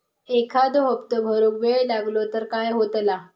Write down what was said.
एखादो हप्तो भरुक वेळ लागलो तर काय होतला?